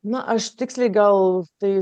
na aš tiksliai gal tai